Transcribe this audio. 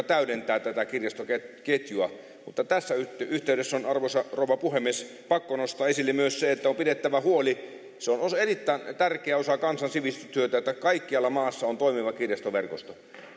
täydentää tätä kirjastoketjua mutta tässä yhteydessä yhteydessä on arvoisa rouva puhemies pakko nostaa esille myös se että on pidettävä huoli se on erittäin tärkeä osa kansansivistystyötä että kaikkialla maassa on toimiva kirjastoverkosto